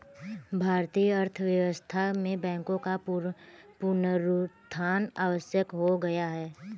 भारतीय अर्थव्यवस्था में बैंकों का पुनरुत्थान आवश्यक हो गया है